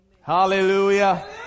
Hallelujah